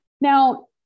Now